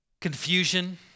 Confusion